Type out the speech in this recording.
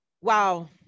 Wow